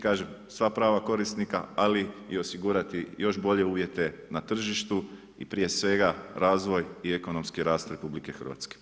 Kažem, sva prava korisnika, ali i osigurati još bolje uvijete na tržištu i prije svega razvoj i ekonomski rast RH.